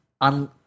on